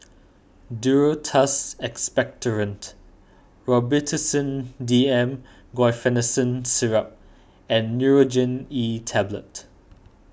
Duro Tuss Expectorant Robitussin D M Guaiphenesin Syrup and Nurogen E Tablet